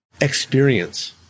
experience